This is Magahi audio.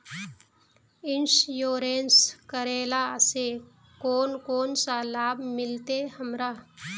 इंश्योरेंस करेला से कोन कोन सा लाभ मिलते हमरा?